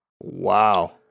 Wow